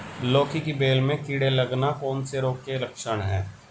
लौकी की बेल में कीड़े लगना कौन से रोग के लक्षण हैं?